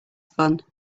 fun